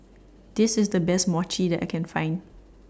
This IS The Best Mochi that I Can Find